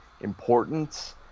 importance